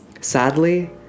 Sadly